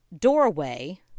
doorway